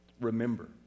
remember